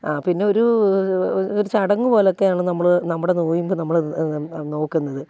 ആ പിന്നെ ഒരു ഒരു ചടങ്ങുപോലെ ഒക്കെയാണ് നമ്മൾ നമ്മുടെ നൊയിമ്പ് നമ്മൾ നോക്കുന്നത്